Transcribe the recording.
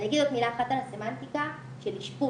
אני אגיד עוד מילה אחת על הסמנטיקה של אשפוז,